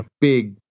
big